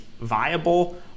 viable